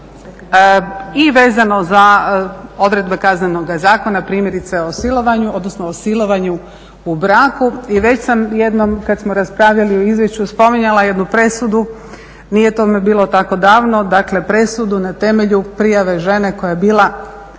I vezano za odredbe Kaznenoga zakona primjerice o silovanju, odnosno o silovanju u braku. I već sam jednom kad smo raspravljali o izvješću spominjala jednu presudu, nije tome bilo tako davno, dakle presudu na temelju prijave žene koja je bila